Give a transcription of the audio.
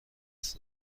دست